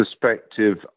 perspective